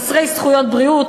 חסרי זכויות בריאות,